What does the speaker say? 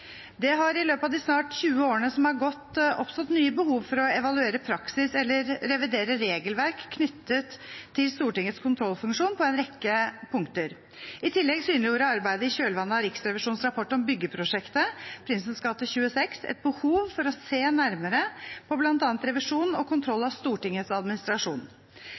Det har i løpet av de snart 20 årene som er gått, oppstått nye behov for å evaluere praksis eller revidere regelverk knyttet til Stortingets kontrollfunksjon på en rekke punkter. I tillegg synliggjorde arbeidet i kjølvannet av Riksrevisjonens rapport om byggeprosjektet Prinsens gate 26 et behov for å se nærmere på bl.a. revisjon og kontroll av Stortingets administrasjon.